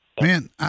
Man